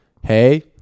Hey